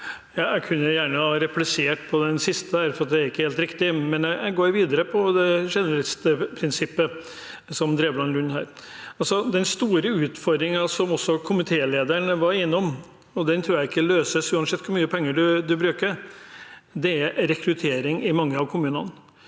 Jeg kunne gjerne replisert på det siste, for det er ikke helt riktig, men jeg går videre på generalistprinsippet, i likhet med Drevland Lund. Den store utfordringen, som også komitélederen var innom, og den tror jeg ikke løses uansett hvor mye penger man bruker, er rekruttering i mange av kommunene.